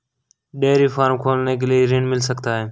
Dairy farm खोलने के लिए ऋण मिल सकता है?